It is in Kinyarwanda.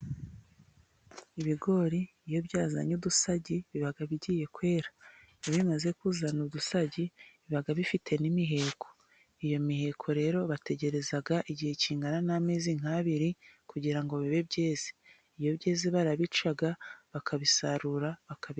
Ibigori iyo byazanye udusagi, biba bigiye kwera. Iyo bimaze kuzana udusagi, biba bifite n'imiheko. Iyo miheko rero bategereza igihe kingana n'amezi nk'abiri, kugira ngo bibe byeza. Iyo byeze barabica, bakabisarura, bakabirya.